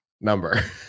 number